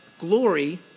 glory